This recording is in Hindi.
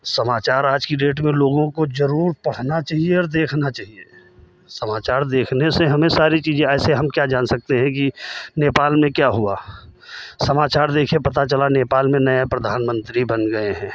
समाचार आज की डेट में लोगों को ज़रूर पढ़ना चाहिए और देखना चाहिए समाचार देखने से हमें सारी चीज़ें ऐसे हम क्या जान सकते हैं कि नेपाल में क्या हुआ समाचार देखे पता चला कि नेपाल में नया प्रधानमन्त्री बन गए हैं